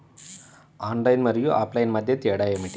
Online మరియు offline మధ్య తేడా ఏమిటీ?